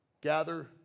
Gather